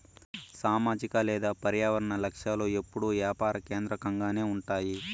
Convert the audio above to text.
సామాజిక లేదా పర్యావరన లక్ష్యాలు ఎప్పుడూ యాపార కేంద్రకంగానే ఉంటాయి